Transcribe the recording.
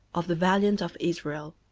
of the valiant of israel.